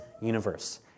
universe